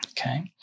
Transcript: Okay